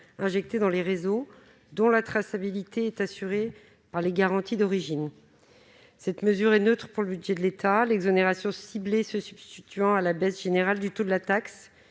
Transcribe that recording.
injecté dans les réseaux, dont la traçabilité est assurée par les garanties d'origine. Cette mesure serait neutre pour le budget de l'État, l'exonération ciblée se substituant à la baisse générale du taux de la taxe.